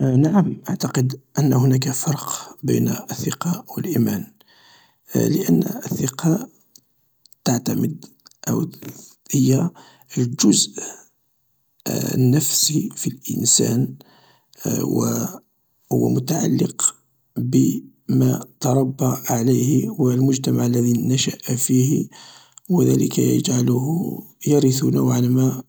نعم أعتقد أن هناك فرق بين الثقة و الايمان لأن الثقة تعتمد أو هي الجزء النفسي في الانسان وهو متعلق بما تربى عليه و المجتمع الذي نشأ فيه و ذلك يجعله يرث نوعا ما